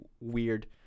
weird